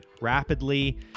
rapidly